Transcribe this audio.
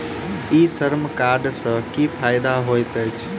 ई श्रम कार्ड सँ की फायदा होइत अछि?